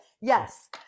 Yes